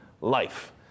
life